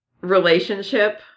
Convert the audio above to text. relationship